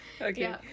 Okay